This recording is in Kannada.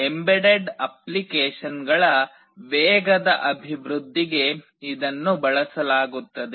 ಎಂಬೆಡೆಡ್ ಅಪ್ಲಿಕೇಶನ್ಗಳ ವೇಗದ ಅಭಿವೃದ್ಧಿಗೆ ಇದನ್ನು ಬಳಸಲಾಗುತ್ತದೆ